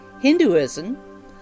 Hinduism